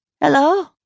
Hello